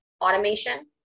automation